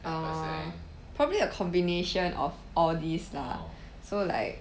um probably a combination of all these lah so like